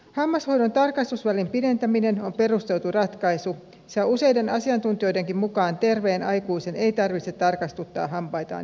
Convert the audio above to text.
hammashoidon tarkastusvälin pidentäminen on perusteltu ratkaisu sillä useiden asiantuntijoidenkin mukaan terveen aikuisen ei tarvitse tarkastuttaa hampaitaan joka vuosi